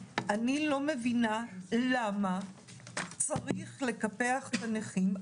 אני לא מבינה למה צריך לקפח את הנכים.